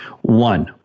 One